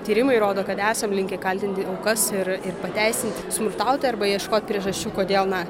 tyrimai rodo kad esam linkę kaltinti aukas ir ir pateisinti smurtauti arba ieškoti priežasčių kodėl na